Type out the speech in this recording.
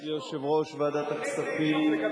יושב-ראש ועדת הכספים,